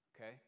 Okay